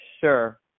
sure